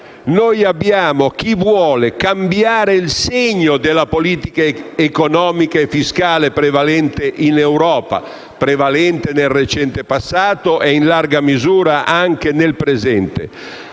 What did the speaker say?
abbiamo chi vuole cambiare il segno della politica economica e fiscale prevalente in Europa (prevalente nel recente passato e in larga misura anche nel presente),